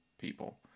people